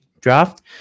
draft